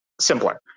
simpler